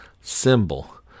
symbol